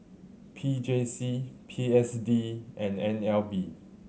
P J C P S D and N L B